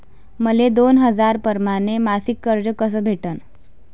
मले दोन हजार परमाने मासिक कर्ज कस भेटन?